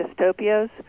dystopias